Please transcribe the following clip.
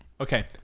Okay